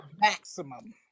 maximum